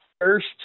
first